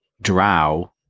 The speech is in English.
drow